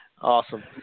Awesome